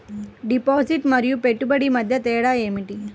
Deposit మరియు పెట్టుబడి మధ్య తేడా ఏమిటి?